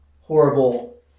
horrible